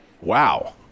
wow